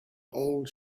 old